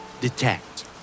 Detect